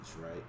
right